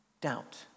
doubt